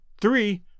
Three